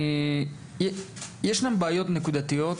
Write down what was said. ישנן בעיות נקודתיות.